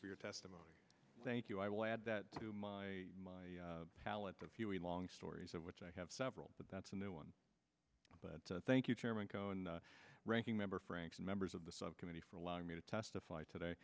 for your testimony thank you i will add that to my palette of huey long stories of which i have several but that's a new one but thank you chairman ranking member franks and members of the subcommittee for allowing me to testify today